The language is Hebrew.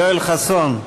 יואל חסון.